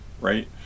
right